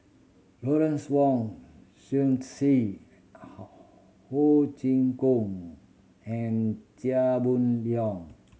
Lawrence Wong Ho Chee Kong and Chia Boon Leong